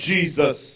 Jesus